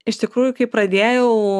iš tikrųjų kai pradėjau